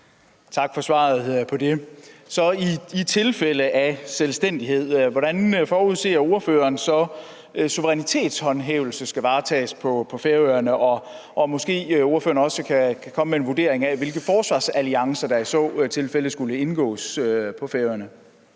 Tak for svaret på det. I tilfælde af selvstændighed, hvordan forudser ordføreren så at en suverænitetshåndhævelse skal varetages på Færøerne? Og måske kan ordføreren også komme med en vurdering af, hvilke forsvarsalliancer der i så tilfælde skulle indgås på Færøerne.